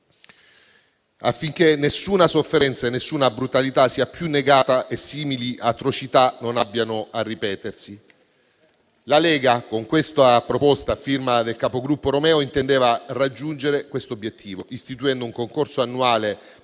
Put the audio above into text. affinché nessuna sofferenza e nessuna brutalità siano più negate e simili atrocità non abbiano a ripetersi. La Lega con tale proposta, a firma del capogruppo Romeo, intendeva raggiungere questo obiettivo, istituendo un concorso annuale